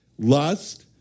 Lust